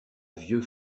vieux